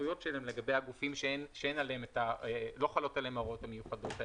הסמכויות שלהם לגבי הגופים שלא חלות עליהם ההוראות המיוחדות האלה,